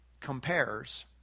compares